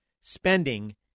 spending